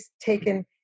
taken